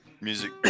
Music